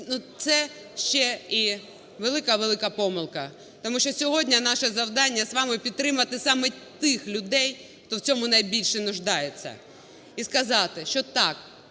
це ще і велика-велика помилка, тому що сьогодні наше завдання з вами – підтримати саме тих людей, хто цього найбільше потребує. І сказати, що, так,